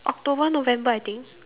October November I think